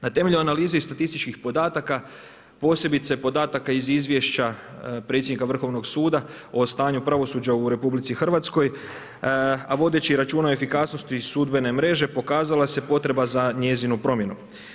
Na temelju analize i statističkih podataka, posebice podataka iz izvješća predsjednika Vrhovnog suda o stanju pravosuđa u RH, a vodeći računa o efikasnosti sudbene mreže, pokazala se potreba za njezinom promjenom.